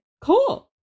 cool